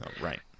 Right